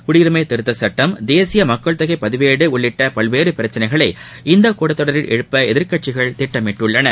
குடியுரிமை திருத்தச் சுட்டம் தேசிய மக்கள் தொகை பதிவேடு உள்ளிட்ட பல்வேறு பிரச்சினைகளை இந்தக் கூட்டத் தொடரில் எழுப்ப எதிர்க்கட்சிகள் திட்டமிட்டுள்ளன